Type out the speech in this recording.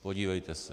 Podívejte se.